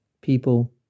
people